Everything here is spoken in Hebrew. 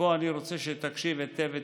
ופה אני רוצה שתקשיב היטב היטב,